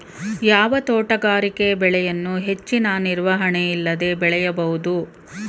ಯಾವ ತೋಟಗಾರಿಕೆ ಬೆಳೆಯನ್ನು ಹೆಚ್ಚಿನ ನಿರ್ವಹಣೆ ಇಲ್ಲದೆ ಬೆಳೆಯಬಹುದು?